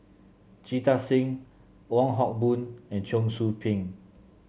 Jita Singh Wong Hock Boon and Cheong Soo Pieng